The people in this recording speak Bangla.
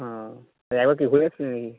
ও তা একবার কি ঘুরে এসছিস না কি